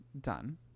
done